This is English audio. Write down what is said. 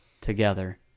together